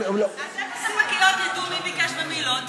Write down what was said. אז איך הספקיות ידעו מי ביקש ומי לא?